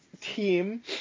team